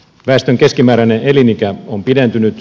väestön keskimääräinen elinikä on pidentynyt